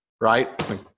right